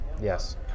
Yes